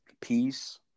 peace